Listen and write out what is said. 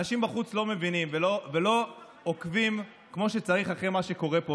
אנשים בחוץ לא מבינים ולא עוקבים כמו שצריך אחרי מה שקורה פה,